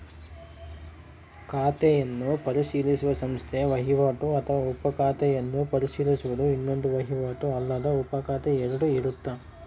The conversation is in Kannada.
ಖಾತೆಯನ್ನು ಪರಿಶೀಲಿಸುವ ಸಂಸ್ಥೆ ವಹಿವಾಟು ಅಥವಾ ಉಪ ಖಾತೆಯನ್ನು ಪರಿಶೀಲಿಸುವುದು ಇನ್ನೊಂದು ವಹಿವಾಟು ಅಲ್ಲದ ಉಪಖಾತೆ ಎರಡು ಇರುತ್ತ